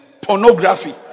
pornography